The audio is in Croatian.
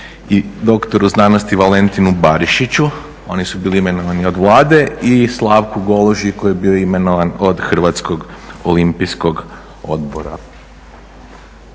i doktoru znanosti Valentinu Barišiću, oni su bili imenovani od Vlade i Slavku Goluži koji je bio imenovan od Hrvatskog olimpijskog odbora.